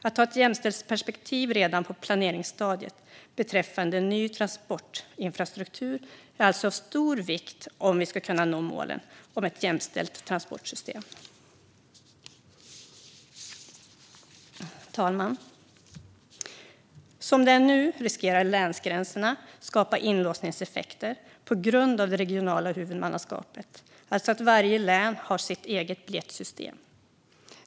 Att ha ett jämställdhetsperspektiv redan på planeringsstadiet beträffande ny transportinfrastruktur är alltså av stor vikt om vi ska kunna nå målen om ett jämställt transportsystem. Fru talman! Som det är nu riskerar länsgränserna att skapa inlåsningseffekter på grund av det regionala huvudmannaskapet, alltså att varje län har sitt eget biljettsystem.